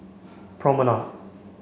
promenade